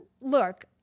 look